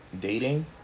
Dating